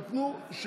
נתנו.